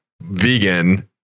vegan